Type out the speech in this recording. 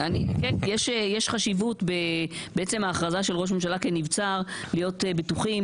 יש חשיבות בעצם ההכרזה של ראש הממשלה כנבצר להיות בטוחים